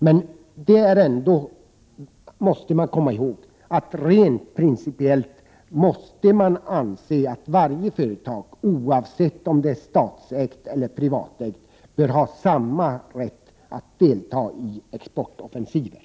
Men man måste komma ihåg att rent principiellt måste varje företag, oavsett om det är statsägt eller privatägt, ha samma rätt att delta i exportoffensiven.